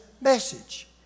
message